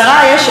יש לה חבר.